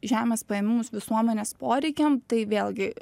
žemės paėmimus visuomenės poreikiam tai vėlgi